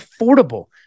affordable